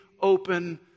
open